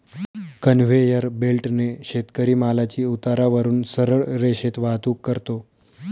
conveyor बेल्टने शेतकरी मालाची उतारावरून सरळ रेषेत वाहतूक करतो